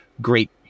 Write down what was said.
great